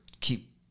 keep